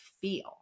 feel